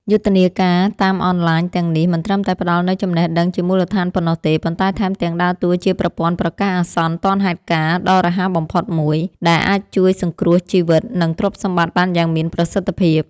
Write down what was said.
យុទ្ធនាការតាមអនឡាញទាំងនេះ មិនត្រឹមតែផ្ដល់នូវចំណេះដឹងជាមូលដ្ឋានប៉ុណ្ណោះទេ ប៉ុន្តែថែមទាំងដើរតួជាប្រព័ន្ធប្រកាសអាសន្នទាន់ហេតុការណ៍ ដ៏រហ័សបំផុតមួយ ដែលអាចជួយសង្គ្រោះជីវិត និងទ្រព្យសម្បត្តិបានយ៉ាងមានប្រសិទ្ធភាព។